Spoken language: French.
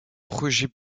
projets